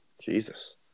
Jesus